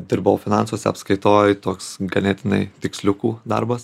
dirbau finansuose apskaitoj toks ganėtinai tiksliukų darbas